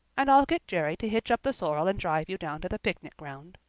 and i'll get jerry to hitch up the sorrel and drive you down to the picnic ground.